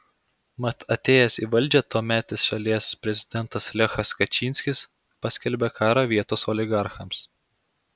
mat atėjęs į valdžią tuometis šalies prezidentas lechas kačynskis paskelbė karą vietos oligarchams